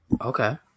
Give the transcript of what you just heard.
Okay